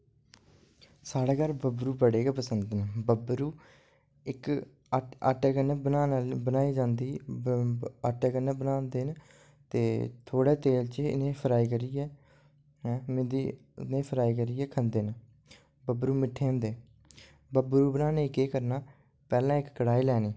साढ़े घर बबरू बड़े गै पसंद न बबरू इक्क आटे कन्नै बनाई जंदी आटे कन्नै बनांदे न ते थोह्ड़ा चिर इ'नेंगी फ्राई करियै इ'नें गी फ्राई करियै खंदे न बबरू मिट्ठे होंदे बबरू बनाने गी केह् करना कढ़ाई लैनी